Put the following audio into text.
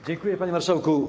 Dziękuję, panie marszałku.